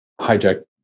hijack